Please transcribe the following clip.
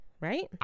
right